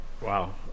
Wow